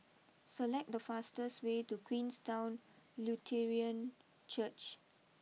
select the fastest way to Queenstown Lutheran Church